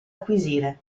acquisire